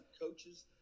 coaches